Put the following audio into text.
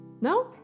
No